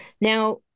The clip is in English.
Now